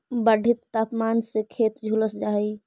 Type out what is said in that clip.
बढ़ित तापमान से खेत झुलस जा हई